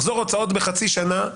מחזור הוצאות בחצי שנה?